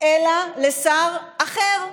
אלא לשר אחר.